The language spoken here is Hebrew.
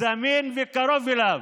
זמין וקרוב אליו,